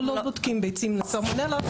אנחנו לא בודקים ביצים לסלמונלה.